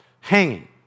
hanging